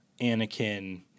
Anakin